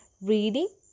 reading